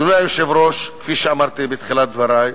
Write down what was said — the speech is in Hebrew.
אדוני היושב-ראש, כפי שאמרתי בתחילת דברי,